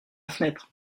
fenêtre